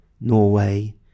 Norway